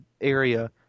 area